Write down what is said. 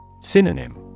Synonym